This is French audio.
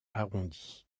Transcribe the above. arrondi